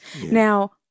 Now